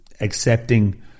accepting